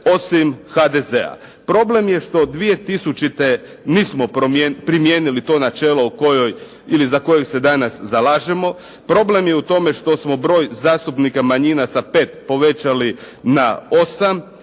osim HDZ-a. Problem je što 2000. mi smo primijenili to načelo za koje se danas zalažemo, problem je u tome što smo broj zastupnika manjina sa 5 povećali na 8,